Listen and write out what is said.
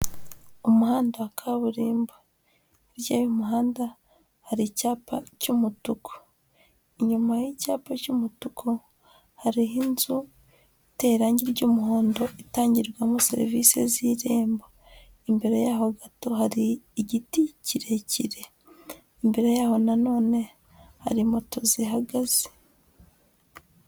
Umuhanda wa kaburimbo, hirya y'umuhanda hari icyapa cy'umutuku, inyuma y'icyapa cy'umutuku hariho inzu iteye irangi ry'umuhondo itangirwamo serivisi z'Irembo. Imbere yaho gato hari igiti kirekire, imbere yaho na none hari moto zihagaze.